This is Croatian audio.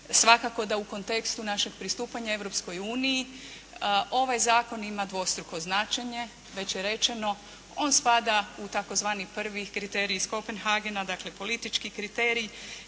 svakako da u kontekstu našeg pristupanja Europskoj uniji, ovaj Zakon ima dvostruko značenje, već je rečeno, on spada u tzv. prvi kriterij iz Kopenhagena, dakle, politički kriterij